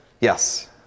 Yes